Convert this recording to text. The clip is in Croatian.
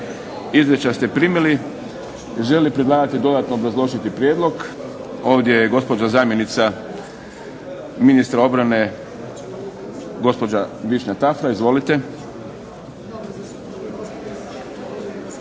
Izvješća ste primili. Želi li predlagatelj dodatno obrazložiti prijedlog? Ovdje je gospođa zamjenica ministra obrane gospođa Višnja Tafra. Izvolite.